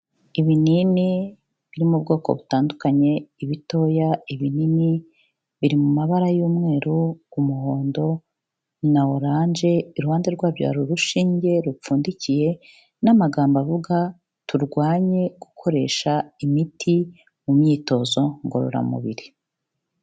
Ibinini biri mu bwoko butandukanye, ibitoya, ibinini, biri mu mabara y'umweru, umuhondo na oranje, iruhande rwabyo hari urushinge rupfundikiye n'amagambo avuga, turwanye gukoresha imiti mu myitozo ngororamubiri.